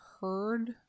heard